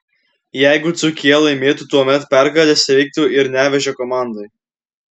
jeigu dzūkija laimėtų tuomet pergalės reiktų ir nevėžio komandai